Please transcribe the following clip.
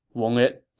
won't it,